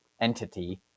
entity